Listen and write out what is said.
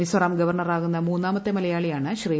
മിസോറാം ഗവർണറാകുന്ന മൂന്നാമത്തെ മലയാളിയാണ് ശ്രീ